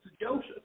Joseph